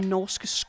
Norske